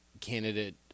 candidate